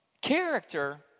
Character